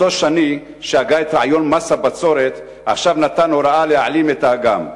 אותו שני שהגה את רעיון מס הבצורת עכשיו נתן הוראה להעלים את האגם.